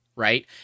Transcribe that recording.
Right